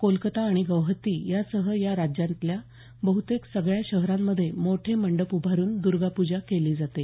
कोलकता आणि गौहत्ती यासह या राज्यांतल्या बहुतेक सगळ्या शहरांमध्ये मोठे मंडप उभारून दुर्गापूजा केली जाते